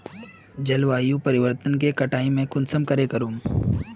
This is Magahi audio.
जलवायु परिवर्तन के कटाई में कुंसम करे करूम?